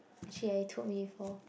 actually ya you told me before